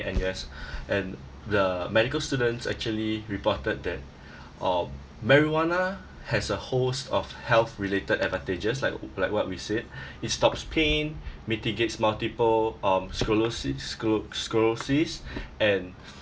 in N_U_S and the medical students actually reported that um marijuana has a host of health-related advantages like w~ like what we said it stops pain mitigates multiple um scoliosis sco~ scoliosis and